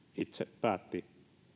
itse päätti